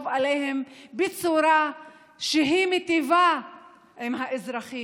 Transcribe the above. עליהן בצורה שהיא מיטיבה עם האזרחים.